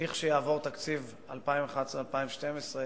לכשיעבור תקציב 2011 2012,